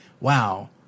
wow